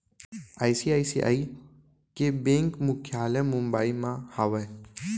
ICICI के bank मुख्यालय मुंबई म हावय